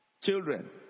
children